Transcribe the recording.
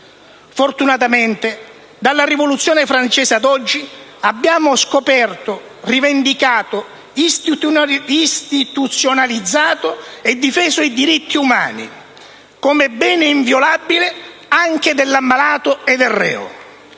Fortunatamente, dalla Rivoluzione francese ad oggi abbiamo scoperto, rivendicato, istituzionalizzato e difeso i diritti umani come bene inviolabile anche dell'ammalato e del reo.